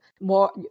more